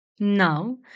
Now